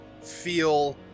feel